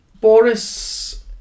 Boris